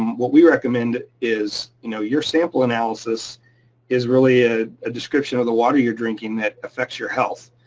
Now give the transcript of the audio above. what we recommend is you know your sample analysis is really a ah description of the water you're drinking that affects your health,